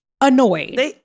annoyed